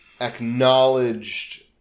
acknowledged